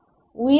உயர் எஸ்